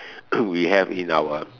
we have in our